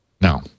No